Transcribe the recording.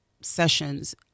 sessions